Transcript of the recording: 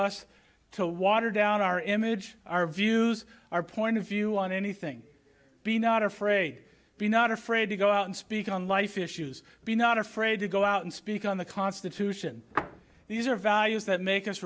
us to water down our image our views our point of view on anything be not afraid be not afraid to go out and speak on life issues be not afraid to go out and speak on the constitution these are values that make us